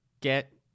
get